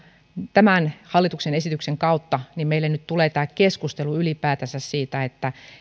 tämän hallituksen esityksen kautta meille nyt tulee tämä keskustelu ylipäätänsä siitä